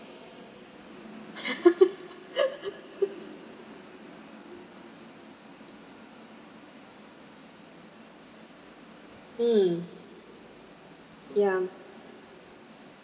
mm ya